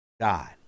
God